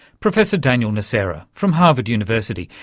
professor daniel nocera from harvard university,